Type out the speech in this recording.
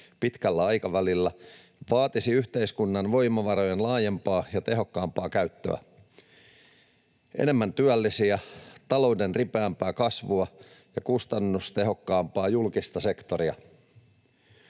pitkällä aikavälillä, vaatisi yhteiskunnan voimavarojen laajempaa ja tehokkaampaa käyttöä, enemmän työllisiä, talouden ripeämpää kasvua ja kustannustehokkaampaa julkista sektoria.